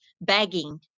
begging